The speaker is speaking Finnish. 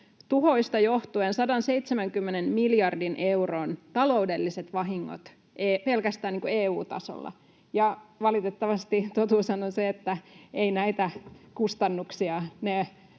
tuhoista johtuen 170 miljardin euron taloudelliset vahingot pelkästään EU-tasolla. Ja valitettavasti totuushan on se, että eivät niitä kustannuksia